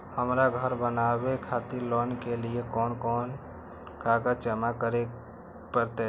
हमरा घर बनावे खातिर लोन के लिए कोन कौन कागज जमा करे परते?